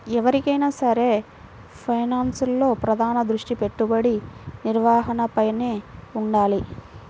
ఎవరికైనా సరే ఫైనాన్స్లో ప్రధాన దృష్టి పెట్టుబడి నిర్వహణపైనే వుండాలి